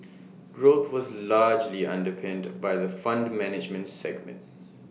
growth was largely underpinned by the fund management segment